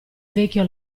vecchio